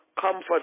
comfort